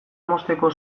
mozteko